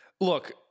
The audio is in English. Look